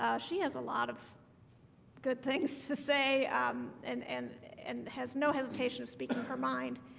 ah she has a lot of good things to say um and and and has no hesitation of speaking her mind.